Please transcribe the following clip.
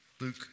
Luke